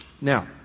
Now